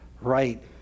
right